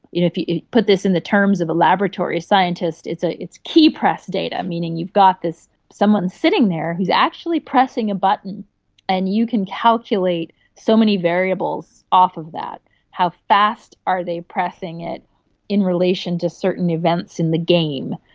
if you put this in the terms of a laboratory scientist, it's ah it's keypress data, meaning you've got someone sitting there who is actually pressing a button and you can calculate so many variables off of that how fast are they pressing it in relation to certain events in the game,